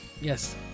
yes